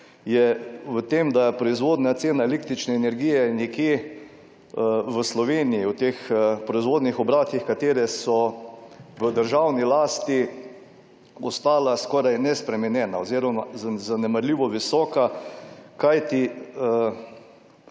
je v tem, da je proizvodna cena električne energije nekje v Sloveniji v teh proizvodnih obratih katere so v državni lasti ostala skoraj nespremenjena oziroma zanemarljivo visoka. Kajti,